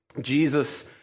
Jesus